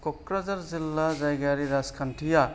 कक्राझार जिल्ला जायगायारि राजखान्थिया